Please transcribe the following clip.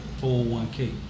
401k